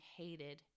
hated